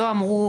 הן נגבות